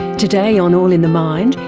today on all in the mind,